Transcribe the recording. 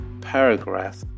Paragraph